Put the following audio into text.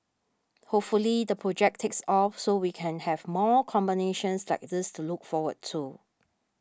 hopefully the project takes off so we can have more combinations like this to look forward to